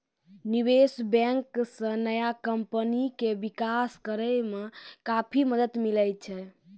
निबेश बेंक से नया कमपनी के बिकास करेय मे काफी मदद मिले छै